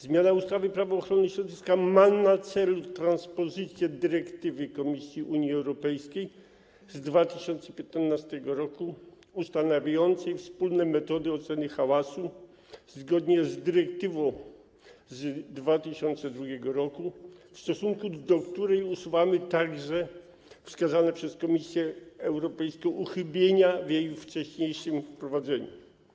Zmiana ustawy Prawo ochrony środowiska ma na celu transpozycję dyrektywy Komisji Unii Europejskiej z 2015 r. ustanawiającej wspólne metody oceny hałasu zgodnie z dyrektywą z 2002 r., w stosunku do której usuwamy także wskazane przez Komisję Europejską uchybienia w jej wcześniejszym wprowadzeniu.